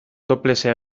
toplessa